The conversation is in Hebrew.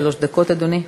יחיא, עד שלוש דקות, אדוני.